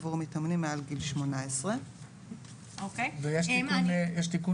עבור מתאמנים מעל גיל 18. ויש תיקון